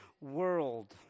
world